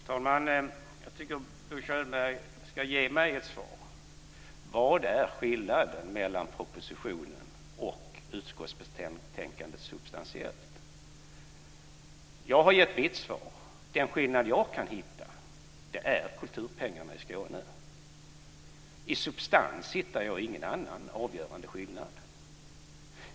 Fru talman! Jag tycker att Bo Könberg ska ge mig ett svar. Vad är skillnaden mellan propositionen och utskottsbetänkandet substantiellt? Jag har gett mitt svar. Den skillnad jag kan hitta är kulturpengarna i Skåne. I substans hittar jag ingen annan avgörande skillnad.